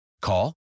Call